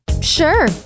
Sure